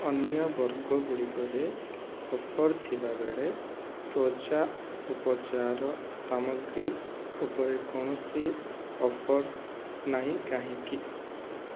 ଅନ୍ୟ ବର୍ଗଗୁଡ଼ିକରେ ଅଫର୍ ଥିବାବେଳେ ତ୍ଵଚା ଉପଚାର ସାମଗ୍ରୀ ଉପରେ କୌଣସି ଅଫର୍ ନାହିଁ କାହିଁକି